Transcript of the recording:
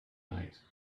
night